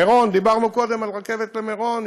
מירון, דיברנו קודם על רכבת למירון.